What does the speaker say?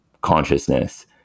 consciousness